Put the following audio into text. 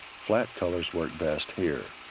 flat colors work best here.